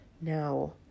now